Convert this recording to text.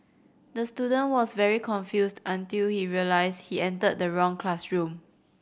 the student was very confused until he realised he entered the wrong classroom